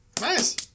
Nice